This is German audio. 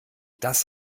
das